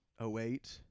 08